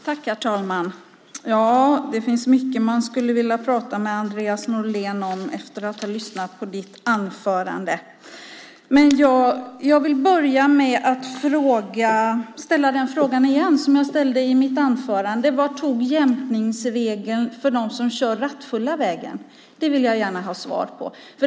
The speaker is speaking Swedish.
Herr talman! Det finns mycket man skulle vilja prata med Andreas Norlén om efter att ha lyssnat på hans anförande. Men jag vill börja med att ställa den fråga igen som jag ställde i mitt anförande. Vart tog jämkningsregeln för dem som kör rattfulla vägen? Den vill jag gärna ha svar på.